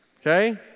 Okay